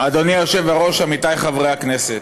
אדוני היושב-ראש, עמיתי חברי הכנסת,